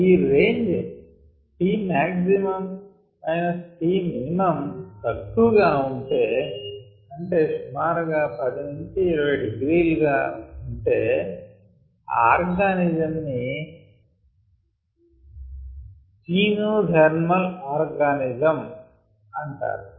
ఈ range Tmax Tminతక్కువ గా అంటే సుమారుగా 10 20 degrees అలా ఉంటే ఆ ఆర్గానిజం ని స్టీనో ధర్మల్ ఆర్గానిజం అంటారు